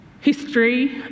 history